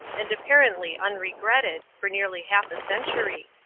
and apparently unregretted, for nearly half a century.